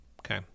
Okay